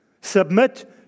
Submit